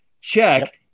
check